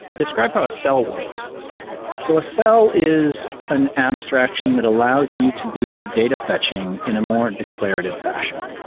describe how a cell works so a cell is an abstraction that allows you to do your data fetching in a more declarative fashion.